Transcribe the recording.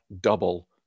double